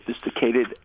sophisticated